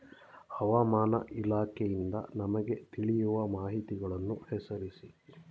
ಹವಾಮಾನ ಇಲಾಖೆಯಿಂದ ನಮಗೆ ತಿಳಿಯುವ ಮಾಹಿತಿಗಳನ್ನು ಹೆಸರಿಸಿ?